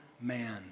man